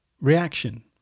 reaction